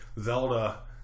Zelda